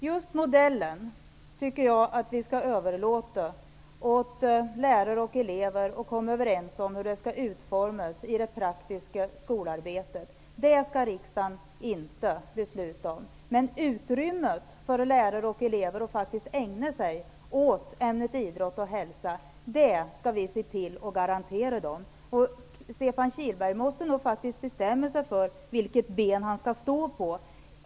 Herr talman! Jag tycker att vi skall överlåta åt lärare och elever att komma överens om hur modellen skall utformas i det praktiska skolarbetet. Det skall riksdagen inte besluta om. Vi skall se till att ett visst utrymme garanteras för lärare och elever att faktiskt ägna sig åt ämnet idrott och hälsa. Stefan Kihlberg måste bestämma sig för vilket ben han skall stå på.